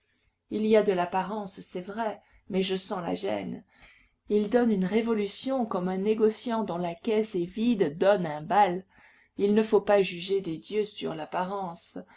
il a de l'apparence c'est vrai mais je sens la gêne il donne une révolution comme un négociant dont la caisse est vide donne un bal il ne faut pas juger des dieux sur l'apparence